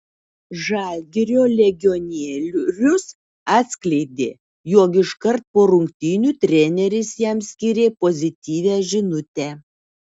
žalgirio legionierius atskleidė jog iškart po rungtynių treneris jam skyrė pozityvią žinutę